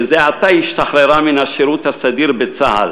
שזה עתה השתחררה מן השירות הסדיר בצה"ל,